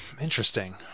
interesting